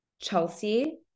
Chelsea